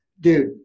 dude